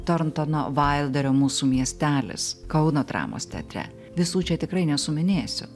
torntono vailderio mūsų miestelis kauno dramos teatre visų čia tikrai nesuminėsiu